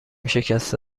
شکسته